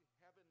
heaven